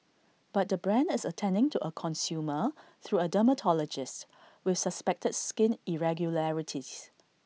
but the brand is attending to A consumer through A dermatologist with suspected skin irregularities